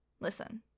listen